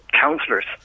councillors